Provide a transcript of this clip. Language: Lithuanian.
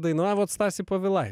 dainavot stasį povilaitį